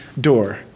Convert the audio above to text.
door